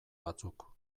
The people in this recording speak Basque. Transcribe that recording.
batzuk